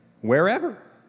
Wherever